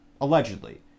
allegedly